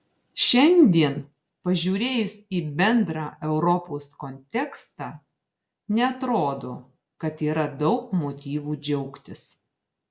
šiandien pažiūrėjus į bendrą europos kontekstą neatrodo kad yra daug motyvų džiaugtis